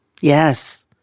Yes